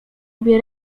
obie